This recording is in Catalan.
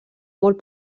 molt